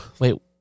wait